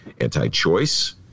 anti-choice